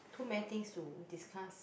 too many things to discuss